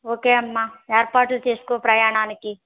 okay అమ్మ ఏర్పాట్లు చేసుకో ప్రయాణానికి